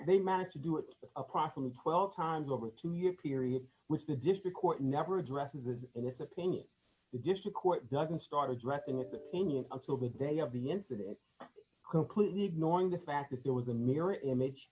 they managed to do it approximately twelve times over two year period which the district court never addresses as in this opinion the district court doesn't start a draft in its opinion until the day of the incident completely ignoring the fact that there was a mirror image